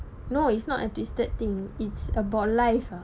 no it's not a twisted thing it's about life ah